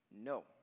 No